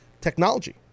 technology